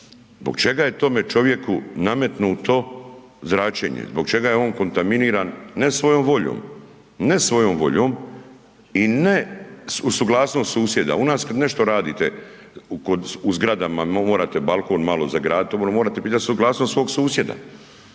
Zbog čega je tome čovjeku nametnuto zračenje? Zbog čega je on kontaminiran, ne svojom voljom, ne svojom voljom i ne uz suglasnost susjeda? U nas kad nešto radite u zgradama, morate balkon malo zagradit, ovo, ono, morate pitat suglasnost svog susjeda,